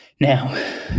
Now